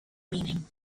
meaning